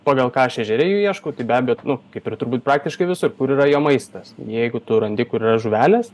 pagal ką aš ežere jų ieškau tai be abejo nu kaip ir turbūt praktiškai visur kur yra jo maistas jeigu tu randi kur yra žuvelės